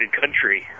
country